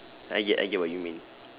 I get I get what you mean